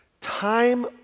time